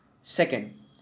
Second